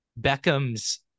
Beckham's